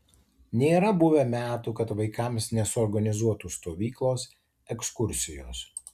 nėra buvę metų kad vaikams nesuorganizuotų stovyklos ekskursijos